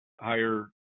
higher